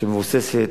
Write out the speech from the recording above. שמבוססת,